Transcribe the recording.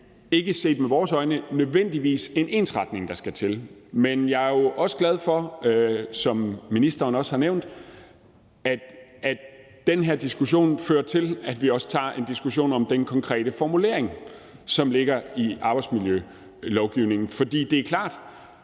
det set med vores øjne ikke nødvendigvis en ensretning, der skal til. Jeg er også glad for det, som ministeren også nævnte, nemlig at den her diskussion fører til, at vi tager en diskussion om den konkrete formulering, der er i arbejdsmiljølovgivningen. For det er klart,